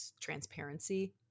transparency